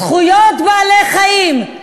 זכויות בעלי-חיים,